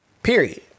Period